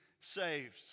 saved